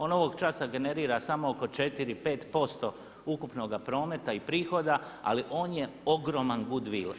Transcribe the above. On ovog časa generira samo oko 4, 5% ukupnoga prometa i prihoda ali on je ogroman good will.